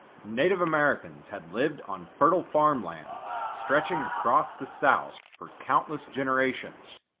native americans had lived on fertile farmlands stretching across the south for countless generations.